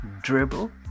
Dribble